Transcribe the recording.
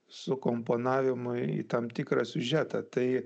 sukomponavimą į tam tikrą siužetą tai